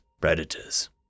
predators